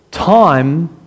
Time